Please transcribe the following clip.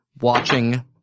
watching